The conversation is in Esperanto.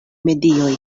medioj